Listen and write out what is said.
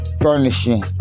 furnishing